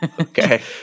Okay